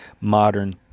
modern